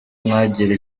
ntagire